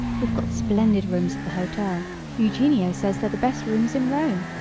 we've got splendid rooms at the hotel eugenio says they're the best rooms in rome.